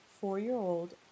four-year-old